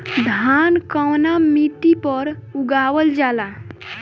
धान कवना मिट्टी पर उगावल जाला?